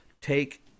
take